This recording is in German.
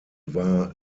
war